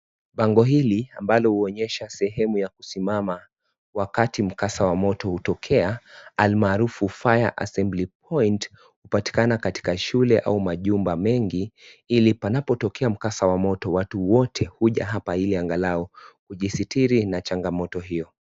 Bango hili ambalo huonyesha sehemu ya kusimama wakati mkasa wa moto hutokea almaarufu fire assembly point hupatikana katika shule au majumba mengi ili panapotokea mkasa wa moto, watu wote huja hapa ili angalau hujisitiri na changamoto hiyo.